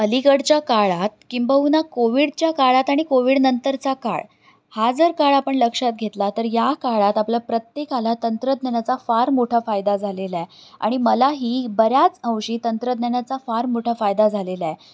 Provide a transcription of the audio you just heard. अलीकडच्या काळात किंबहुना कोविडच्या काळात आणि कोविडनंतरचा काळ हा जर काळ आपण लक्षात घेतला तर या काळात आपल्या प्रत्येकाला तंत्रज्ञानाचा फार मोठा फायदा झालेला आहे आणि मलाही बऱ्याच अंशी तंत्रज्ञानाचा फार मोठा फायदा झालेला आहे